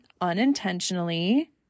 unintentionally